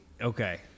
Okay